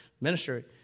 ministry